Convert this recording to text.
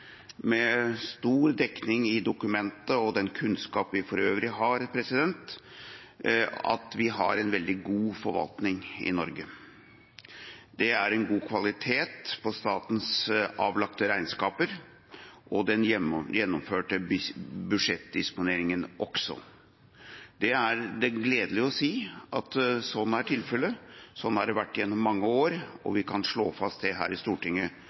med stor dekning i dokumentet og den kunnskap vi for øvrig har – at vi har en veldig god forvaltning i Norge. Det er en god kvalitet på statens avlagte regnskaper og den gjennomførte budsjettdisponeringen også. Det er det gledelig å si, at sånn er tilfellet, sånn har det vært gjennom mange år, og vi kan slå fast det her i Stortinget